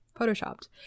Photoshopped